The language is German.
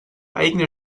eigene